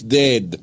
dead